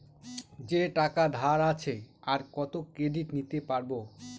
যে টাকা ধার আছে, আর কত ক্রেডিট নিতে পারবো?